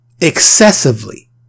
Excessively